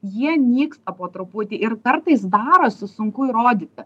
jie nyksta po truputį ir kartais darosi sunku įrodyti